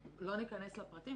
לא ניכנס לפרטים.